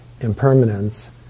impermanence